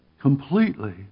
completely